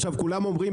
עכשיו כולם אומרים,